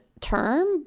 term